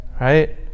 Right